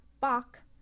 Bach